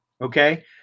Okay